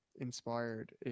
inspired